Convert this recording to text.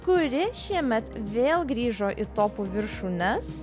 kuri šiemet vėl grįžo į topų viršūnes